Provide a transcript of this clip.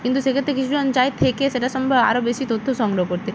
কিন্তু সেক্ষেত্রে কিছু জন চায় থেকে সেটার সম্পর্কে আরো বেশি তথ্য সংগ্রহ করতে